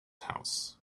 house